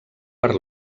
per